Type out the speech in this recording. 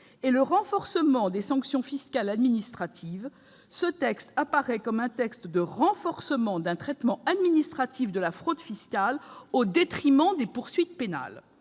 et le renforcement des sanctions fiscales, administratives, ce texte apparaît comme un renforcement d'un traitement administratif de la fraude fiscale, au détriment des poursuites pénales.